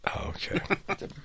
Okay